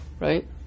Right